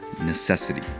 necessity